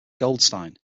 goldstein